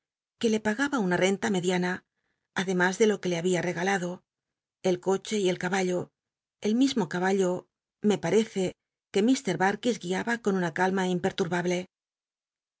que lllcle le paga ba una renta mediana ademas de lo c mismo el habia regalado el coche y el caballo caballo me parece c uc ir barkis guiaba con una calma imperturbable